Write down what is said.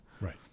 Right